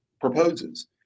proposes